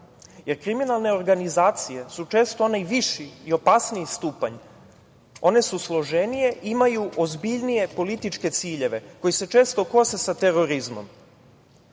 jer kriminalne organizacije su često onaj viši i opasniji stupanj, one su složenije i imaju ozbiljnije političke ciljeve koji se često kose sa terorizmom.